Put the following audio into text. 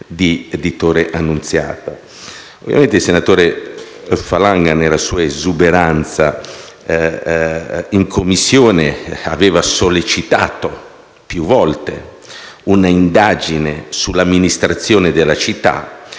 di Torre Annunziata). Il senatore Falanga, nella sua esuberanza, in Commissione aveva sollecitato più volte un'indagine sull'amministrazione della città